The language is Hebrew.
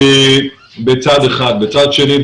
בארצות הברית,